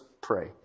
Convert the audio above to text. pray